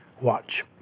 Watch